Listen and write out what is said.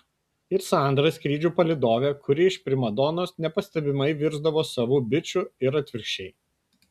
ir sandra skrydžių palydovė kuri iš primadonos nepastebimai virsdavo savu biču ir atvirkščiai